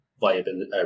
viability